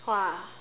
!wah!